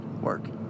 work